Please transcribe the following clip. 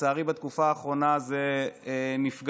לצערי בתקופה האחרונה זה נפגע.